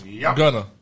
Gunner